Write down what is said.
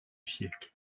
siècle